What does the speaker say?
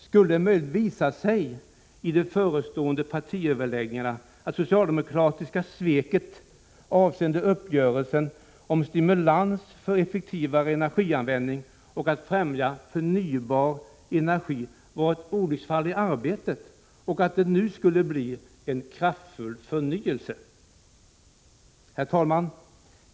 Skulle det möjligen visa sig i de förestående partiöverläggningarna att det socialdemokratiska sveket avseende uppgörelsen om stimulans för effektiva re energianvändning och om främjande av förnybar energi var ett olycksfall i arbetet och att det nu skulle bli en kraftfull förnyelse? Herr talman!